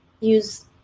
use